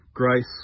Grace